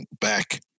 back